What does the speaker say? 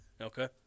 Okay